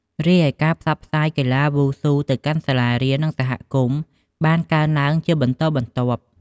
រីឯការផ្សព្វផ្សាយកីឡាវ៉ូស៊ូទៅកាន់សាលារៀន និងសហគមន៍បានកើនឡើងជាបន្តបន្ទាប់។